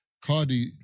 Cardi